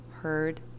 heard